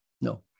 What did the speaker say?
No